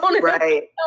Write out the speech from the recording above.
Right